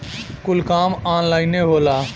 कुल काम ऑन्लाइने होला